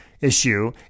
issue